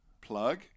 Plug